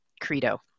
credo